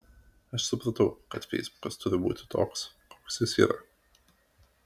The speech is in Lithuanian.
aš supratau kad feisbukas turi būti toks koks jis yra